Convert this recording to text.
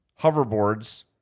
hoverboards